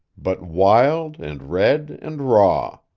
but wild and red and raw.